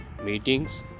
meetings